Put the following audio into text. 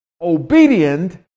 obedient